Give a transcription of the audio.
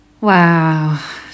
Wow